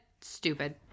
stupid